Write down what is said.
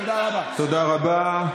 תודה רבה.